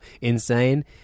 insane